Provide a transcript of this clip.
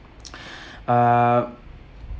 uh